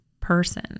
person